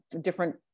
different